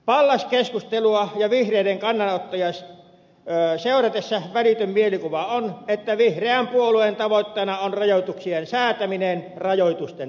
pallas keskustelua ja vihreiden kannanottoja seuratessa välitön mielikuva on että vihreän puolueen tavoitteena on rajoituksien säätäminen rajoitusten perään